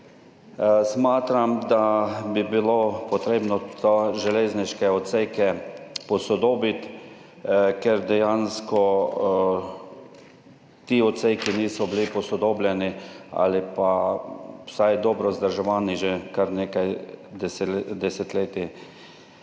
Smatram, da bi bilo treba te železniške odseke posodobiti, ker dejansko ti odseki niso bili posodobljeni ali pa vsaj dobro vzdrževani že kar nekaj desetletij.